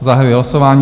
Zahajuji hlasování.